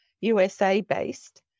USA-based